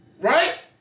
right